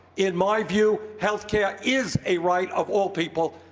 in my view healthcare is a right of all people,